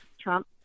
Trump